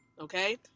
okay